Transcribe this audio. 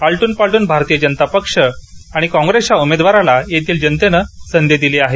आलटून पालटून भारतीय जनता पक्ष आणि कॉप्रेसच्या उमेदवाराला येथील जनतेने सधी दिली आहे